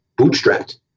Bootstrapped